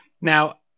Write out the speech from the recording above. Now